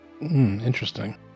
Interesting